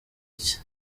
iki